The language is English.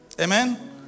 Amen